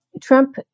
Trump